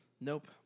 Nope